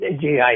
GI